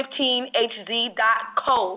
15hz.co